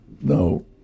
no